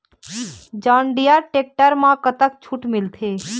John Deere tractor म कतक छूट मिलथे?